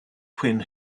when